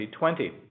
2020